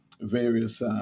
various